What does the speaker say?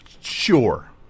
Sure